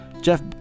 jeff